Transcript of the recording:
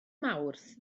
mawrth